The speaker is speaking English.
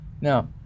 Now